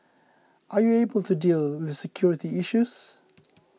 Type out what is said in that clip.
are you able to deal with security issues